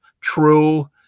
true